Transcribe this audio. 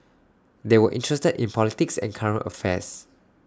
they were interested in politics and current affairs